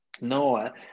No